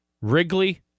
Wrigley